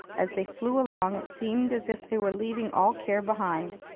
as they flew along, it seemed as if they were leaving all care behind.